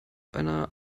einer